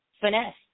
finesse